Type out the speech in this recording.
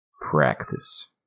practice